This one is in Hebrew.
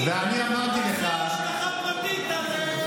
השגחה פרטית על הרפורמה.